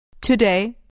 Today